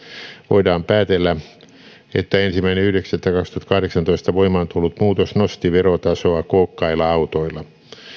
voidaan päätellä että ensimmäinen yhdeksättä kaksituhattakahdeksantoista voimaan tullut muutos nosti verotasoa kookkailla autoilla